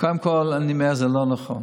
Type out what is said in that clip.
קודם כול, אני אומר שזה לא נכון.